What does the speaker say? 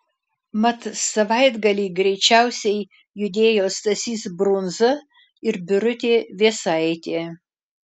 mat savaitgalį greičiausiai judėjo stasys brunza ir birutė vėsaitė